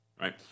right